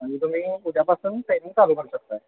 म्हणजे तुम्ही उद्यापासून ट्रेनिंग चालू करू शकत आहे